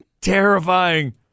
terrifying